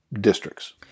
districts